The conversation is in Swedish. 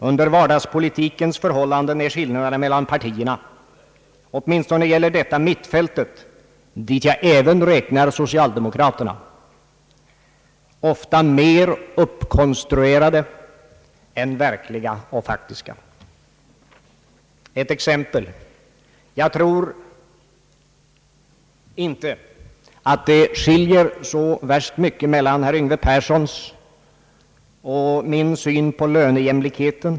Under vardagspolitikens förhållanden är skillnaderna mellan partierna — åtminstone gäller detta mittfältet, dit jag även räknar socialdemokraterna — ofta mer uppkonstruerade än verkliga och faktiska. Ett exempel: Jag tror inte att det skiljer så värst mycket mellan herr Yngve Perssons och min syn på lönejämlikheten.